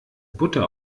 butter